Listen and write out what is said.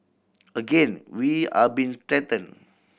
again we are being threatened